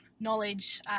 Knowledge